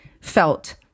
felt